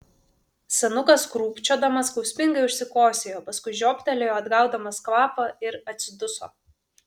senukas krūpčiodamas skausmingai užsikosėjo paskui žioptelėjo atgaudamas kvapą ir atsiduso